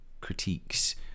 critiques